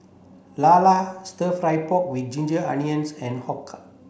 Lala stir fry pork with ginger onions and Har Kow